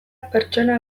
pertsona